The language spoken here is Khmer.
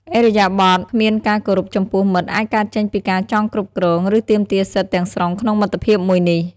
ឥរិយាបថគ្មានការគោរពចំពោះមិត្តអាចកើតចេញពីការចង់គ្រប់គ្រង ឬទាមទារសិទ្ធទាំងស្រុងក្នុងមិត្តភាពមួយនេះ។